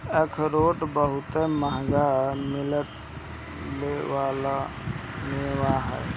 अखरोट बहुते मंहगा मिले वाला मेवा ह